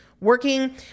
working